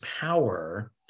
power